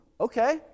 okay